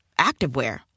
activewear